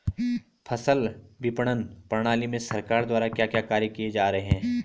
फसल विपणन प्रणाली में सरकार द्वारा क्या क्या कार्य किए जा रहे हैं?